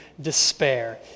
despair